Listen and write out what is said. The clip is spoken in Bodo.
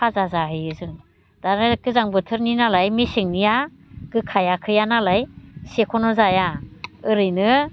भाजा जाहैयो जों दा नै गोजां बोथोरनि नालाय मेसेंनिया गोखाया खाया नालाय सेख'ना जाया ओरैनो